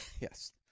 Yes